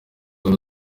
wari